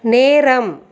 நேரம்